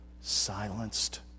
silenced